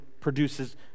produces